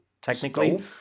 technically